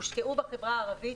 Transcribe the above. הושקע בחברה הערבית,